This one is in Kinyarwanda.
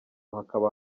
hakaba